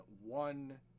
one